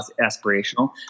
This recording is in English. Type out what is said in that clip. aspirational